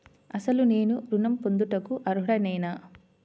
అసలు నేను ఋణం పొందుటకు అర్హుడనేన?